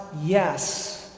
yes